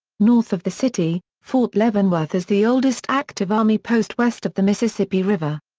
north of the city, fort leavenworth is the oldest active army post west of the mississippi river.